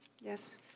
Yes